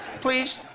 Please